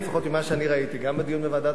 לפחות ממה שאני ראיתי גם בדיון בוועדת